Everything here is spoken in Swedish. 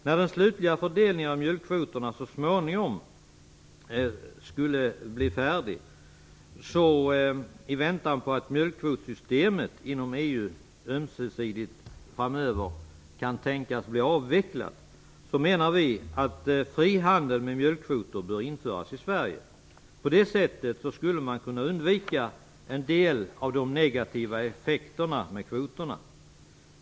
När den slutliga fördelningen av mjölkkvoterna så småningom blir färdig och i väntan på att mjölkkvotsystemet inom EU framöver kan tänkas bli avvecklat menar vi att frihandel med mjölkkvoter bör införas i Sverige. På det sättet skulle en del av de negativa effekterna med kvoterna kunna undvikas.